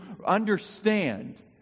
understand